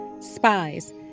Spies